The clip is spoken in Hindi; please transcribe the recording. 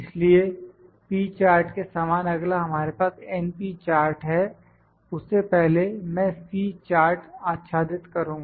इसलिए p चार्ट के समान अगला हमारे पास np चार्ट है उससे पहले मैं C चार्ट आच्छादित करुंगा